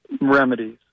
remedies